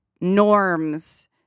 norms